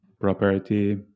property